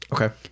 Okay